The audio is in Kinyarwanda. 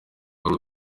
wari